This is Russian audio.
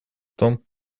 том